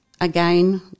again